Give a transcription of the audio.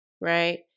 right